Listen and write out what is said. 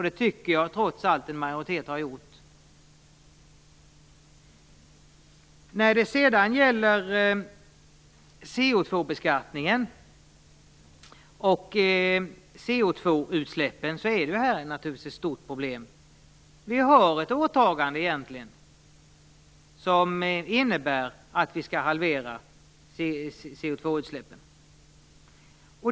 Det tycker jag att en majoritet trots allt har gjort. Vi har ett åtagande som innebär att vi skall halvera CO2-utsläppen.